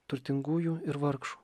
turtingųjų ir vargšų